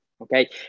okay